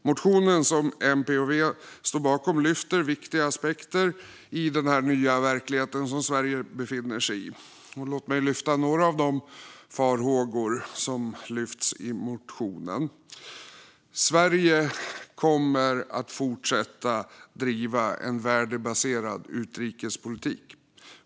Motionen som MP och V står bakom lyfter viktiga aspekter av den nya verklighet som Sverige nu befinner sig i. Låt mig lyfta några av de farhågor som lyfts i motionen. Sverige kommer att fortsätta driva en värdebaserad utrikespolitik.